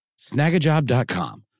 Snagajob.com